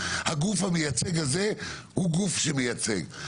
הגוף המייצג הזה הוא גוף שמייצג.